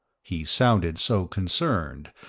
he sounded so concerned,